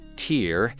tier